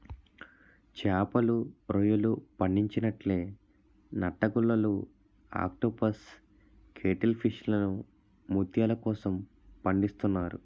చేపలు, రొయ్యలు పండించినట్లే నత్తగుల్లలు ఆక్టోపస్ కేటిల్ ఫిష్లను ముత్యాల కోసం పండిస్తున్నారు